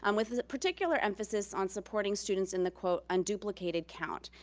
um with a particular emphasis on supporting students in the, quote, unduplicated count.